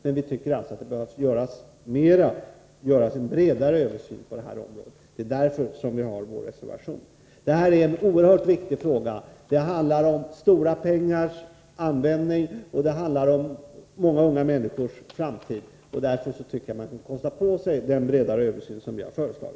Men vi tycker ändå att det behövs en bredare översyn på det här området. Det önskemålet har föranlett vår reservation. Det här är en oerhört viktig fråga. Det handlar om en hel del pengar och hur dessa skall användas. Dessutom handlar det om många unga människors framtid. Därför tycker jag att man kan kosta på sig — Nr 154 den bredare översyn som vi har föreslagit.